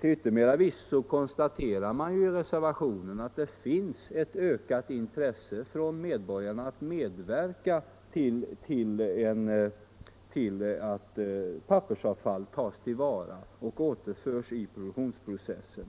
Till yttermera visso konstaterar man i reservationen att det finns ett ökat intresse hos medborgarna att medverka till att pappersavfall tas till vara och återförs i produktionsprocessen.